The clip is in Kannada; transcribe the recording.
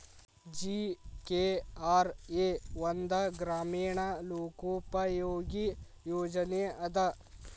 ಜಿ.ಕೆ.ಆರ್.ಎ ಒಂದ ಗ್ರಾಮೇಣ ಲೋಕೋಪಯೋಗಿ ಯೋಜನೆ ಅದ